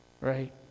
Right